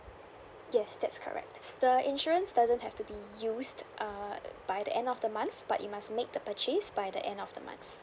yes that's correct the insurance doesn't have to be used uh by the end of the month but you must make the purchase by the end of the month